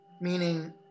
meaning